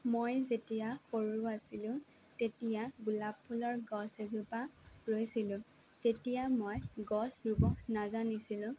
মই যেতিয়া সৰু আছিলোঁ তেতিয়া গোলাপ ফুলৰ গছ এজোপা ৰুইছিলোঁ তেতিয়া মই গছ ৰুব নাজানিছিলোঁ